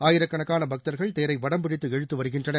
ஆயிரக்கணக்கான பக்தர்கள் தேரை வடம் பிடித்து இழுத்து வருகின்றனர்